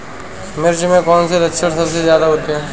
मिर्च में कौन से लक्षण सबसे ज्यादा होते हैं?